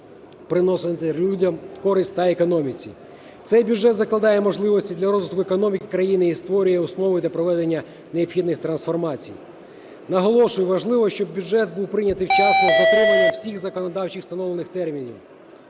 приносити людям користь та економіці. Цей бюджет закладає можливості для розвитку економік країни і створює основи для проведення необхідних трансформацій. Наголошую, важливо, щоб бюджет був прийнятий вчасно з дотримання всіх законодавчо встановлених термінів.